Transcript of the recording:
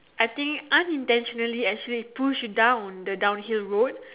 I think unintentionally as she push down on the downhill road